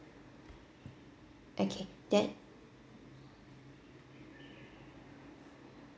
okay that